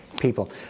people